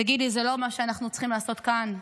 תגיד לי, זה לא מה שאנחנו צריכים לעשות כאן?